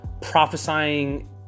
prophesying